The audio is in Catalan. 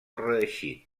reeixit